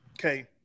Okay